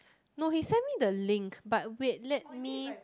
no he send me the link but wait let me